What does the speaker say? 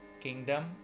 kingdom